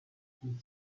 ils